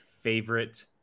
favorite